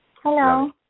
Hello